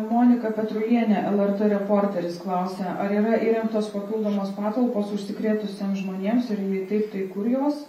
monika petrulienė lrt reporteris klausia ar yra įrengtos papildomos patalpos užsikrėtusiem žmonėms ir jei taip tai kur jos